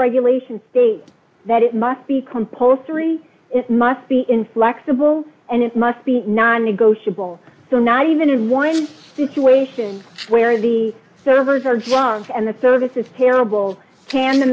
regulations state that it must be compulsory it must be inflexible and it must be non negotiable so not even when situation where the servers are junk and the service is terrible can